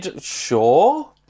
Sure